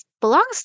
belongs